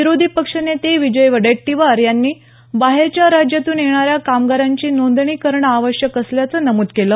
विरोधी पक्षनेते विजय वडेट्टीवार यांनी बाहेरच्या राज्यातून येणाऱ्या कामागारांची नोंदणी करणं आवश्यक असल्याचं नमूद केलं